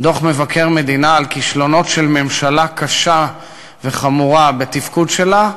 דוח מבקר המדינה על כישלונות קשים וחמורים בתפקוד הממשלה,